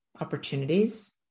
opportunities